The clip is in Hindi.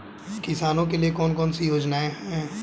किसानों के लिए कौन कौन सी योजनाएं हैं?